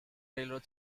railroad